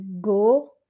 go